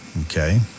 Okay